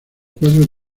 cuadros